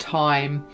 time